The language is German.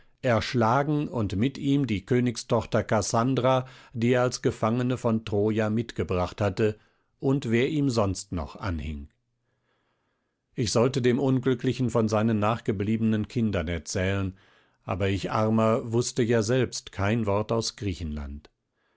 erschlagen und mit ihm die königstochter kassandra die er als gefangene von troja mitgebracht hatte und wer ihm sonst noch anhing ich sollte dem unglücklichen von seinen nachgebliebenen kindern erzählen aber ich armer wußte ja selbst kein wort aus griechenland